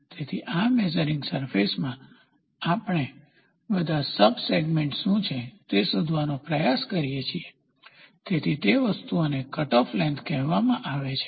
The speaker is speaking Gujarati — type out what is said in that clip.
તેથી આ મેઝરીંગ સરફેસમાં આપણે બધા સબ સેગમેન્ટ્સ શું છે તે શોધવાનો પ્રયાસ કરીએ છીએ તેથી તે વસ્તુઓને કટઓફ લેન્થ કહેવામાં આવે છે